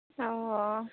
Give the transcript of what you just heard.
অঁ অঁ